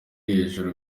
hejuru